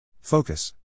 Focus